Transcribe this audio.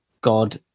god